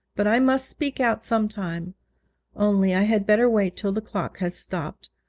but i must speak out some time only i had better wait till the clock has stopped.